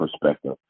perspective